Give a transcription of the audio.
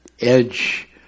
edge